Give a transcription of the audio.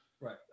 Right